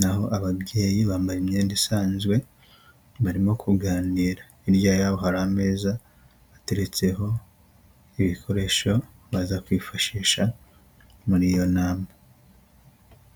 naho ababyeyi bambaye imyenda isanzwe, barimo kuganira, hirya yabo hari ameza bateretseho ibikoresho baza kwifashisha muri iyo nama.